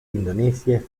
indonesia